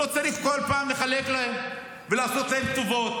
ולא צריך בכל פעם לחלק להם ולעשות להם טובות